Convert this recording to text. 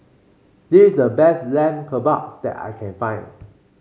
this is the best Lamb Kebabs that I can find